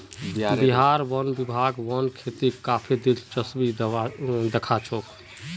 बिहार वन विभाग वन खेतीत काफी दिलचस्पी दखा छोक